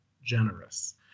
generous